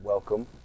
Welcome